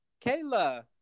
Kayla